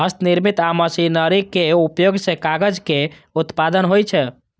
हस्तनिर्मित आ मशीनरीक उपयोग सं कागजक उत्पादन होइ छै